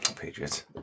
Patriots